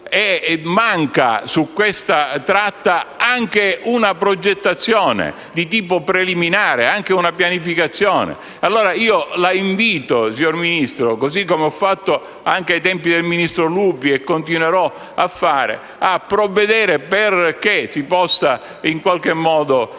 Manca su questa tratta anche una progettazione di tipo preliminare ed una pianificazione. Pertanto, la invito, signor Ministro, così come ho fatto anche ai tempi del ministro Lupi e come continuerò a fare, a provvedere perché si possa dotarci di